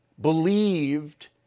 believed